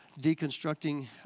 deconstructing